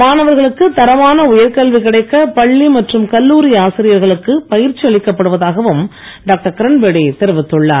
மாணவர்களுக்கு தரமான உயர்கல்வி கிடைக்க பள்ளி மற்றும் கல்லூரி ஆசிரியர்களுக்கு பயிற்சி அளிக்கப்படுவதாகவும் டாக்டர் கிரண்பேடி தெரிவித்துள்ளார்